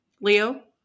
Leo